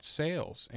sales